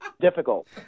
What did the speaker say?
difficult